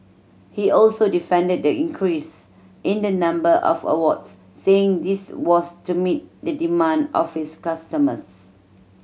he also defended the increase in the number of awards saying this was to meet the demand of his customers